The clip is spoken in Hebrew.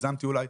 הגזמתי אולי,